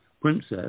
princess